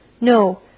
No